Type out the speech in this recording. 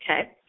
Okay